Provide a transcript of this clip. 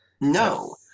No